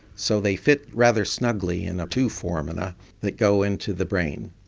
so they fit rather snugly in two foramina that go into the brain.